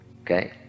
Okay